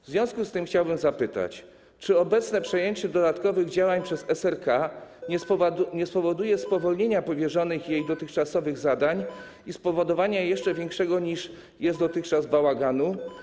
W związku z tym chciałbym zapytać, czy obecne przejęcie dodatkowych działań przez SRK nie spowoduje spowolnienia powierzonych jej dotychczasowych zadań i jeszcze większego, niż jest dotychczas, bałaganu?